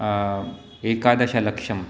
एकादशलक्षम्